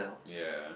yea